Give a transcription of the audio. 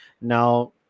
Now